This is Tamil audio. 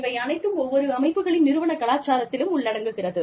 இவை அனைத்தும் ஒவ்வொரு அமைப்புகளின் நிறுவன கலாச்சாரத்திலும் உள்ளடங்குகிறது